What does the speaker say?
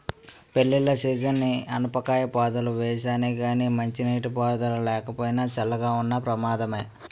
పెళ్ళిళ్ళ సీజనని ఆనపకాయ పాదులు వేసానే గానీ మంచినీటి పారుదల లేకపోయినా, చల్లగా ఉన్న ప్రమాదమే